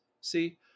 See